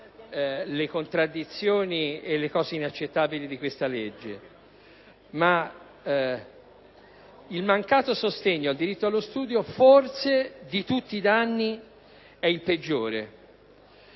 le contraddizioni e gli aspetti inaccettabili di questa legge, ma il mancato sostegno del diritto allo studio e forse fra tutti i danni il peggiore: